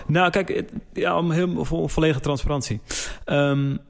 Nou, kijk, het- ja, om heel- om vo- volledige transparantie. Ehm,